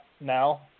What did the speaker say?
now